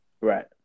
right